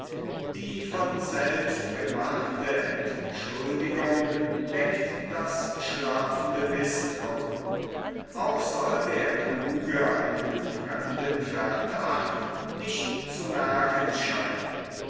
die von selbst gemachte entschuldigung weckt das schlafende mißtrauen auch soll der kluge einen fremden verdacht nicht zu merken scheinen